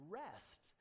rest